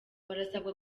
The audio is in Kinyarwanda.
barasabwa